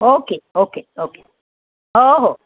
okay okay okay हो हो